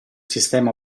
sistema